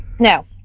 Now